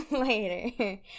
later